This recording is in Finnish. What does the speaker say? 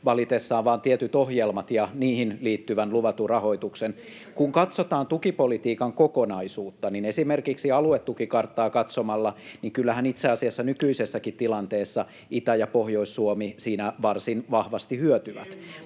valitessaan vain tietyt ohjelmat ja niihin liittyvän luvatun rahoituksen. [Antti Kurvinen: Selittäkää!] Kun katsotaan tukipolitiikan kokonaisuutta esimerkiksi aluetukikarttaa katsomalla, niin kyllähän itse asiassa nykyisessäkin tilanteessa Itä- ja Pohjois-Suomi siinä varsin vahvasti hyötyvät.